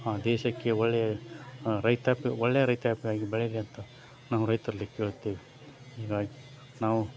ಆ ದೇಶಕ್ಕೆ ಒಳ್ಳೆಯ ರೈತಾಪಿ ಒಳ್ಳೆಯ ರೈತಾಪಿಯಾಗಿ ಬೆಳೀಲಿ ಅಂತ ನಾವು ರೈತರಲ್ಲಿ ಕೇಳುತ್ತೇವೆ ಹೀಗಾಗಿ ನಾವು